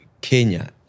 Kenya